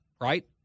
right